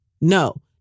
No